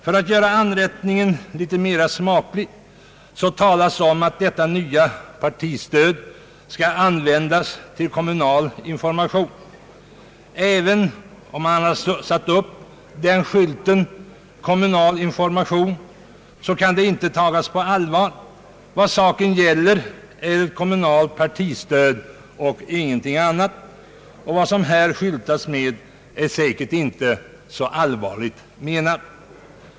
För att göra anrättningen litet mera smaklig talas om att detta nya partistöd skall användas till kommunal information. Även om man har satt upp skylten »kommunal information» kan det inte tagas på allvar. Vad saken gäller är ett kommunalt partistöd och ingenting annat. Vad som här skyltas med är därför säkert inte så allvarligt menat.